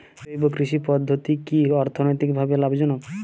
জৈব কৃষি পদ্ধতি কি অর্থনৈতিকভাবে লাভজনক?